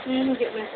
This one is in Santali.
ᱦᱮᱸ ᱦᱤᱡᱩᱜ ᱢᱮ